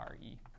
RE